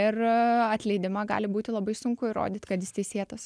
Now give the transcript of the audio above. ir atleidimą gali būti labai sunku įrodyt kad jis teisėtas